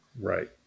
Right